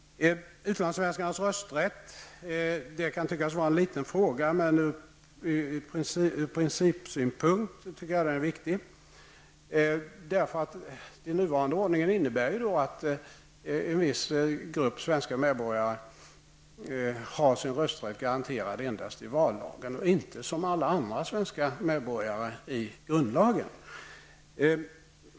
Utlandssvenskarnas rösträtt kan tyckas vara en liten fråga, men ur principsynpunkt tycker jag att den är viktig. Den nuvarande ordningen innebär ju att en viss grupp svenska medborgare har sin rösträtt garanterad endast i vallag och inte, som alla andra svenska medborgare, i grundlagen.